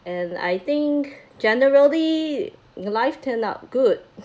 and I think generally life turned out good